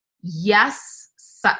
yes